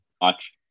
watch